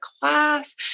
class